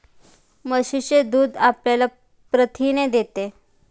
म्हशीचे दूध आपल्याला प्रथिने देते